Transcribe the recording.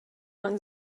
man